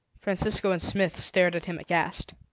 francisco and smith stared at him aghast.